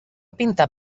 pintar